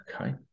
okay